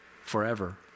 forever